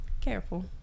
careful